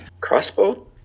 crossbow